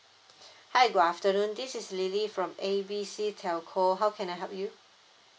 hi good afternoon this is lily from A B C telco how can I help you